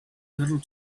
little